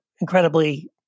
incredibly